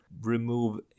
remove